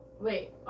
Wait